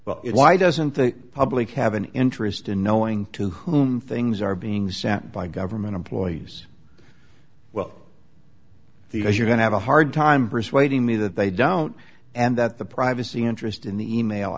it why doesn't the public have an interest in knowing to whom things are being sent by government employees well you know you're going to have a hard time persuading me that they don't and that the privacy interest in the e mail